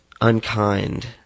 unkind